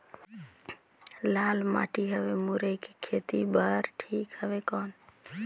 लाल माटी हवे मुरई के खेती बार ठीक हवे कौन?